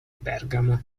bergamo